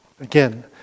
Again